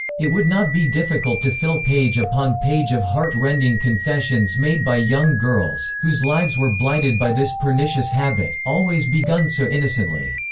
it would not be difficult to fill page upon page of heart-rending confessions made by young girls, whose lives were blighted by this pernicious habit, always begun so innocently.